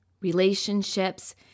relationships